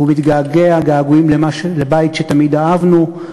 ומתגעגע געגועים לבית שתמיד אהבנו.